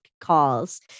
calls